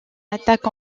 attaque